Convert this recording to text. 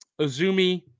Ozumi